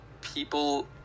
people